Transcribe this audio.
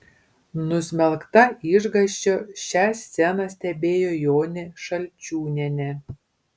nusmelkta išgąsčio šią sceną stebėjo jonė šalčiūnienė